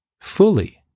fully